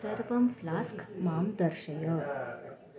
सर्वं फ़्लास्क् मां दर्शय